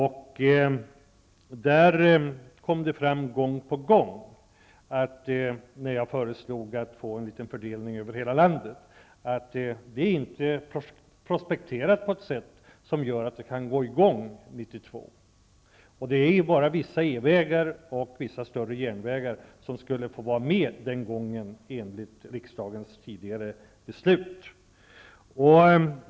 När jag föreslog en fördelning över hela landet kom det gång på gång fram att detta inte är prospekterat på ett sätt som gör att det kan gå i gång 1992. Det är bara vissa Europavägar och vissa större järnvägar som enligt riksdagens tidigare beslut skulle få vara med den gången.